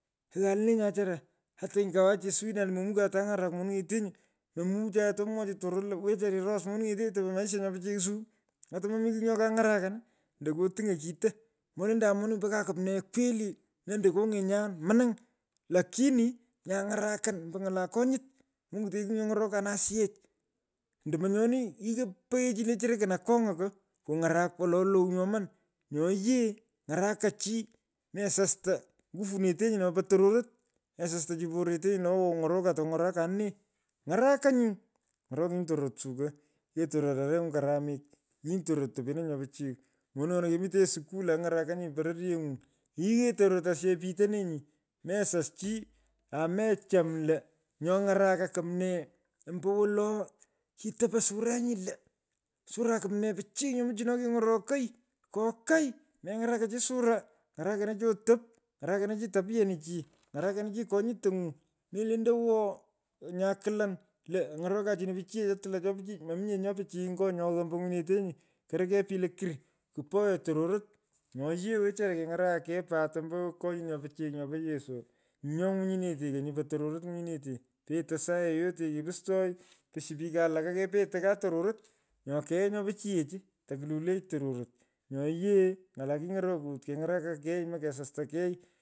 Oghaan leene nyachatra. ata ingawache osiwinan lo mumukanye to ng’arak munung’etenyi. momuchnaye mwochi tororot lo wechara iros munung’ete topo maisha nyo pichiy suu ata komomi kigh nyo kang’arakan. ndoko tung’on kito. molendanye mununy’u po ka kumnee kweli. mendo kony’enyan. mning lakini nyaa ny’arakan ombo ny’ala konyut. monyitenye kigh nyo ny’orokanin asiyech ando monyoni yighei peghechi le cherokon akong’a ko kuny’orak wolo lou nyoman. nyo nyee. ny’araka chi. mesosta ngurunetenyi no. po tororot. mesesto chi porerenyi. lo awoo ong’orokan tokung’orakonin nee. ny’arakanyi. ny’orokinyi tororot suu ko yighoi tororot areny’u karamit. yighinyi tororot topenanyi nyo pichiy. Monuny’ona kemitenyi skui aa ng’arakany pororyeng’u. Vighoi tororot asiyech pitonenyi. mesas chi ame cham lo nyo ng’arakan kumnee ombowolo kitopo surenyi lo. sura kumnee pichiy nyo michinoy keny’orokoi. kokai meng’araka chi sura. ng’arakeno chi otop. ny’arakena chi tapyenichi. ny’arakena chi konyutony’u. Melondo owo. nyaa kwulan lo ang’orokan chino pichiyech atulan topchi. mominye nyo pichiy ngo nyo ghaa ombo ngwinyinetenyi. korokoi pich lokurr kpoyo tororot. nyo yee wechara kenya’araka kei pat ombo konyut nyo pichiy nyopo yese nyinyo ngwinyinete konyi po tororot ngwinyinete petei saa yoyote kepustoy. pishi piko walaka kepetei kaa tororot. Nyo keghaa nyo pichiyech tokululech tororot. Nya yee ng’ala kiny’orokut keny’araka kei mokesastakei.